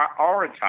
prioritize